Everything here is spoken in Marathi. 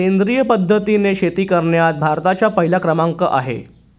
सेंद्रिय पद्धतीने शेती करण्यात भारताचा पहिला क्रमांक आहे